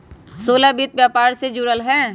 सोहेल वित्त व्यापार से जुरल हए